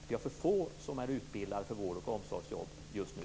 Vi har för få som är utbildade för vård och omsorgsjobb just nu.